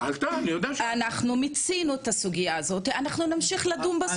אנחנו מיצינו את הסוגייה הזאת ואנחנו נמשיך לדון בסוגייה הזאת.